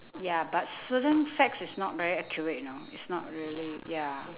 ya but certain facts it's not very accurate know it's not really ya